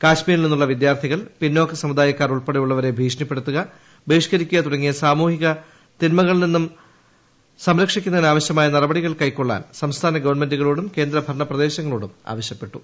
കാശ്മീരിൽ നിന്നുള്ള വിദ്യാർത്ഥികൾ പിന്നാക്ക സമുദായക്കാർ ഉൾപ്പടെയുള്ളവരെ ഭീക്ഷണിപ്പെടുത്തുക ബഹീഷ്ക്കരിക്കുക തുടങ്ങിയ സാമൂഹിക തിന്മകളിൽ നിന്നും സംരക്ഷിക്കുന്നതിന് ആവശ്യമായ നടപടികൾ കൈകൊള്ളാൻ സംസ്ഥാനഗവൺമെന്റുകളോടും കേന്ദ്രഭരണപ്രദേശങ്ങളോടും ആവശ്യപ്പെട്ടു